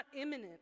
imminent